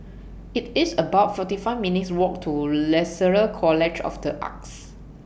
IT IS about forty five minutes' Walk to Lasalle College of The Arts